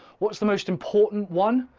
what's the most important one,